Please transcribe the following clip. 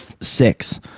six